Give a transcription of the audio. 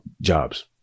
jobs